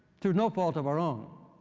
through no fault of our own,